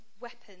weapons